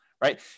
right